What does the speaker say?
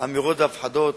מאמירות והפחדות